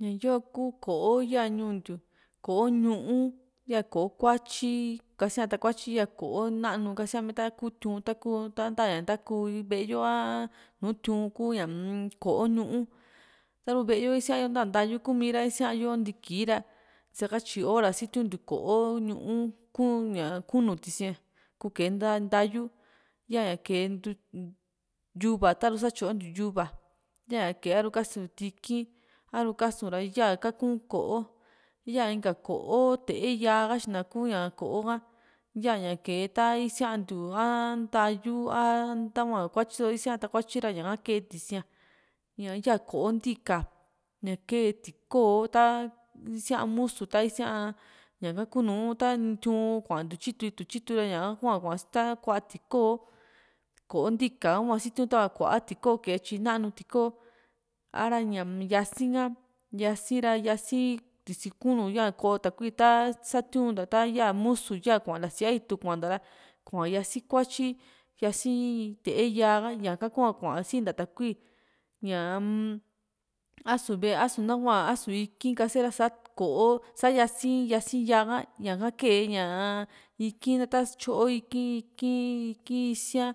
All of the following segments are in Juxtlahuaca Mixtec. ña yoo ku ko´o ya ñuu ntiu ko´o ñuú ya ko´o kuatyili kasia takuatyi ko´o nanu kasia ta kuu tiu´n ta´kuu ntaña ntakuu ve´e yo aa nu tiu´n kuña um ko´o ñuú taru ve´e yo isaayo nta ntayu kumi ra isiayo ntiki ra ntisakatyi hora sitiu ntiu ko´o nuú ku´ña kunu tisi´a kuu kee ntayu ya´ña kee yuva taru satyo ntiu yuva yaa aru kasu tiki´n a´ru kasu ra yaa kakun ko´o ya inka ko´o te´e yaa katyina ku ko´o ka yaña kee ta isiantiu a ntayu a ntahua kuatyi só nu isia takuatyi ra ña´ka kee tisíaa ña ya ko´o nti´ka ña kee tikoo ta isia musu ta isiaa ñaka kuunu ta tiu´n kuantiu tyitu ituntiu tyitu ra ñaka hua kua ta kuaa tikoo ko´o ntika hua sitiuntiou tava kuaa tikoo kee tyi nanu tikoo a´ra ñaa-m yasi´n ha yasi ra yasi tisi kuunu ya koo takui ta satiu´n nta ta ya musu ya kuaa ná síaa itu kuana ra kua yasi kuatyi yasi te´e yaa ha ñaka hua kuaa sinta takui ñaa-m a´su ve´e a´su nahua a´su iki´nkase ra sa ko´o sa yasii yasi´nyaa ka ñaka kee ña´a iki´n ta tyoo iki´n iki´n iki´nisiaa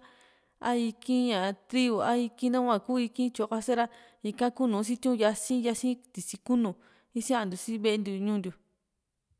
a iki´n ña tiru a iki´n nahua ku iki´n tyo kase ra ika kunu sitiun yasi yasi tisi kuunu isiantu ve´e ntiu ñuu ntiu